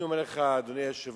אני אומר לך, אדוני היושב-ראש,